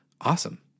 awesome